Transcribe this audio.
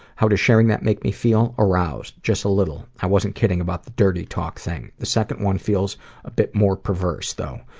how does sharing that make me feel? aroused, just a little. i wasn't kidding. about the dirty talk thing. the second one feels a bit more perverse though.